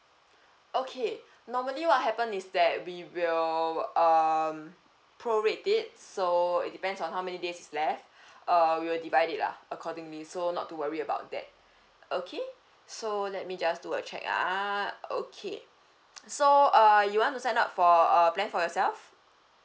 okay normally what happen is that we will um prorate it so it depends on how many days is left err we will divide it lah accordingly so not to worry about that okay so let me just do a check ah okay so uh you want to sign up for a plan for yourself